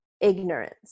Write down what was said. ignorance